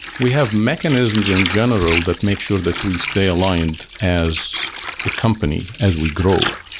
we have mechanisms in general that makes sure that we stay aligned as a company as we grow.